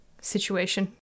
situation